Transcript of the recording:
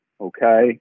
okay